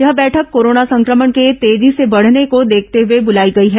यह बैठक कोरोना संक्रमण के तेजी से बढ़ने को देखते हुए बुलाई गई है